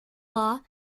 law